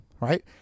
right